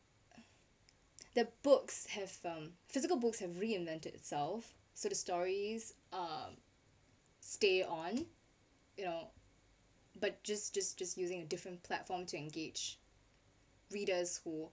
the books have um physical books have reinvent itself so the stories uh stay on you know but just just just using a different platform to engage readers who